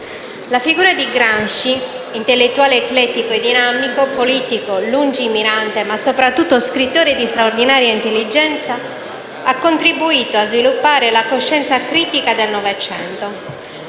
la figura di Gramsci, intellettuale eclettico e dinamico, politico lungimirante, ma soprattutto scrittore di straordinaria intelligenza, ha contribuito a sviluppare la coscienza critica del Novecento.